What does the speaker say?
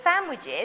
sandwiches